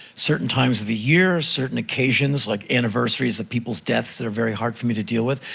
certain times of the year, certain occasions. like anniversaries of people's deaths are very hard for me to deal with.